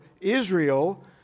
Israel